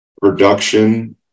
production